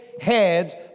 heads